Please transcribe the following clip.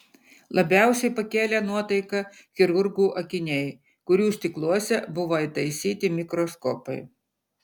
labiausiai pakėlė nuotaiką chirurgų akiniai kurių stikluose buvo įtaisyti mikroskopai